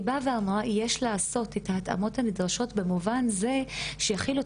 היא באה ואמרה: "יש לעשות את ההתאמות הנדרשות במובן זה שיחיל את